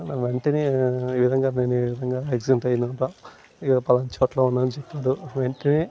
వెంటనే ఈవిధంగా నేను ఈవిధంగా యాక్సిడెంట్ అయినా రా ఫలానా చోట్లో ఉన్నా అని చెప్పినాడు వెంటనే